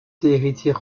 héritier